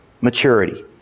maturity